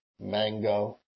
mango